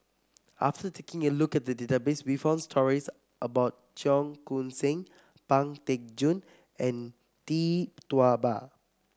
after taking a look at the database we found stories about Cheong Koon Seng Pang Teck Joon and Tee Tua Ba